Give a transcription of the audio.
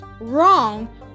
Wrong